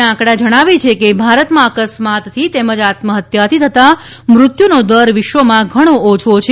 ના આંકડા જણાવે છે કે ભારતમાં અકસ્માતથી તેમજ આત્મહત્યાથી થતાં મૃત્યુનો દર વિશ્વમાં ઘણો ઓછો છે